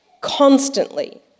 constantly